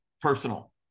personal